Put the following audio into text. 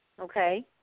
Okay